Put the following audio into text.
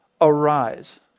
Arise